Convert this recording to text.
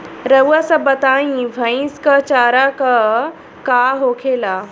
रउआ सभ बताई भईस क चारा का का होखेला?